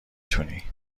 تونی